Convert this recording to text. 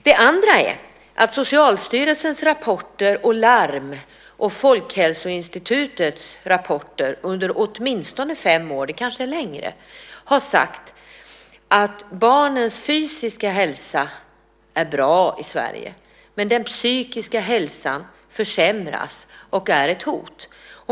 Det andra är att Socialstyrelsens rapporter och larm och Folkhälsoinstitutets rapporter under åtminstone fem år - det kanske är längre - har sagt att barnens fysiska hälsa är bra i Sverige, men den psykiska hälsan försämras och är ett hot.